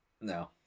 No